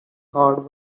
card